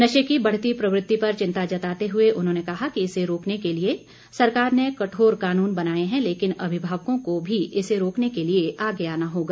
नशे की बढ़ती प्रवृत्ति पर चिंता जताते हुए उन्होंने कहा कि इसे रोकने के लिए सरकार ने कठोर कानून बनाए हैं लेकिन अभिभावकों को भी इसे रोकने के लिए आगे आना होगा